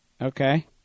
Okay